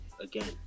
again